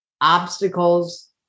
obstacles